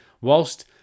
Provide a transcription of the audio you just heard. whilst